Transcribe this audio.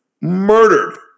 murdered